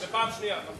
זה פעם שנייה, נכון.